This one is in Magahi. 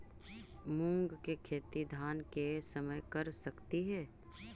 मुंग के खेती धान के समय कर सकती हे?